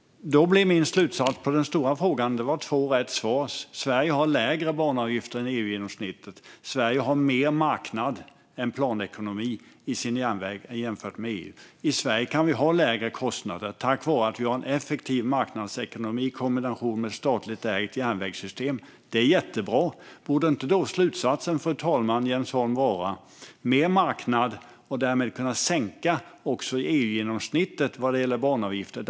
Min slutsats när det gäller den stora frågan är att det var två svar som var rätt. Sverige har lägre banavgifter än EU-genomsnittet. Sverige har mer marknads än planekonomi i sin järnväg jämfört med EU. I Sverige kan vi ha lägre kostnader, tack vare att vi har en effektiv marknadsekonomi i kombination med ett statligt ägt järnvägssystem. Det är jättebra. Borde då inte slutsatsen vara, Jens Holm, att vi ska ha mer marknadsekonomi och därmed kunna sänka EU-genomsnittet vad gäller banavgifter?